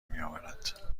میآورد